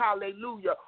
Hallelujah